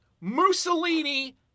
Mussolini